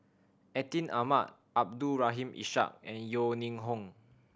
Atin Amat Abdul Rahim Ishak and Yeo Ning Hong